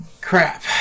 Crap